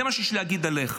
זה מה שיש לי להגיד עליך.